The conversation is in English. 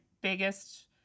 biggest